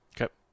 Okay